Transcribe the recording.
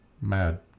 Mad